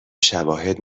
شواهد